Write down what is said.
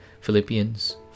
Philippians